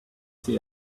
see